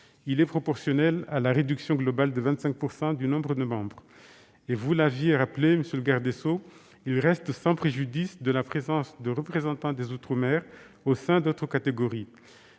Il est proportionnel à la réduction globale de 25 % du nombre de membres. Et vous l'aviez rappelé, monsieur le garde des sceaux, il reste sans préjudice de la présence de représentants des outre-mer au sein d'autres catégories.